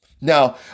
Now